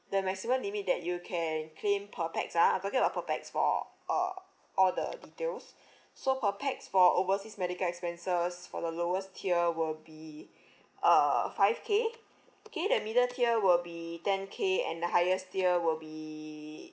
the maximum limit that you can claim per pax ah I'm talking about per pax for uh all the details so per pax for overseas medical expenses for the lowest tier will be uh five K okay the middle tier will be ten K and the highest tier will be